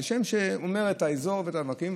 זה שם שאומר על האזור ועל המקום.